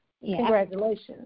Congratulations